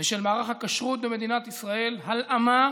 ושל מערך הכשרות במדינת ישראל, הלאמה